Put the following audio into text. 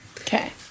Okay